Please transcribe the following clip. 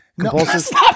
compulsive